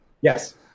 Yes